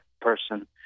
person